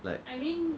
like